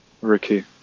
Ricky